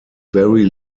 very